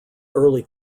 early